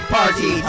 Party